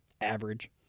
Average